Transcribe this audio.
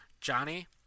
Johnny